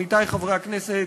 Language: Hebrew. עמיתי חברי הכנסת: